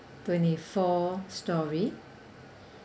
twenty four storey